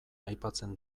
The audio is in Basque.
aipatzen